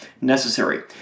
necessary